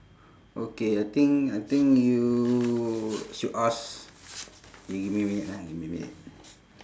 okay I think I think you should ask K give me a minute ah give me a minute